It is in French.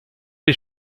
les